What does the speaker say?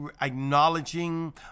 Acknowledging